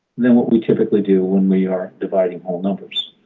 than what we typically do when we are dividing whole numbers.